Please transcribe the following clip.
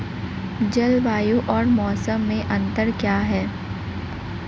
जलवायु और मौसम में अंतर क्या है?